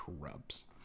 corrupts